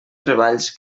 treballs